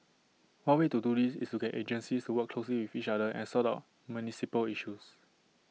one way to do this is to get agencies to work closely with each other and sort out municipal issues